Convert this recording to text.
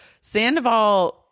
Sandoval